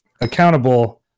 accountable